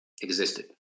existed